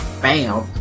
Bam